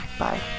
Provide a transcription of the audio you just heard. Bye